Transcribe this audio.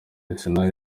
arsenal